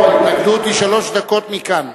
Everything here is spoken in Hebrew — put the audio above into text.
ההתנגדות היא שלוש דקות, מכאן.